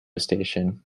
station